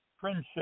friendship